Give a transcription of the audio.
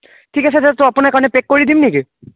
ঠিক আছে দাদা ত' আপোনাৰ কাৰণে পেক কৰি দিম নেকি